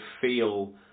feel